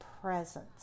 presence